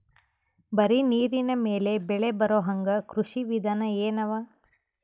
ಬರೀ ನೀರಿನ ಮೇಲೆ ಬೆಳಿ ಬರೊಹಂಗ ಕೃಷಿ ವಿಧಾನ ಎನವ?